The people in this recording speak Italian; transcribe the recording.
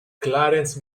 clarence